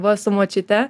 va su močiute